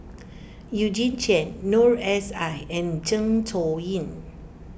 Eugene Chen Noor S I and Zeng Shouyin